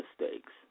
mistakes